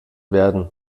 werden